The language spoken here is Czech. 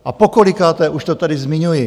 A pokolikáté už to tady zmiňuji!